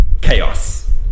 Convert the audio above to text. chaos